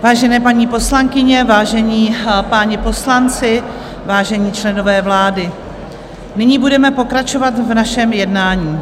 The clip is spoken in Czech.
Vážené paní poslankyně, vážení páni poslanci, vážení členové vlády, nyní budeme pokračovat v našem jednání.